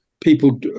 people